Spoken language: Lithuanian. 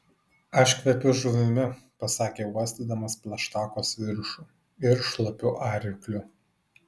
aš kvepiu žuvimi pasakė uostydamas plaštakos viršų ir šlapiu arkliu